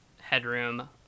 headroom